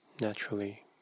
naturally